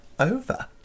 over